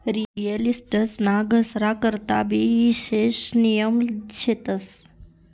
real estate ना घसारा करता भी ईशेष नियम शेतस